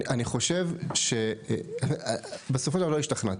אני חושב, בסופו של דבר, לא השתכנעתי.